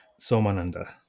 Somananda